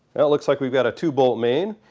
it looks like we've got a two bolt main,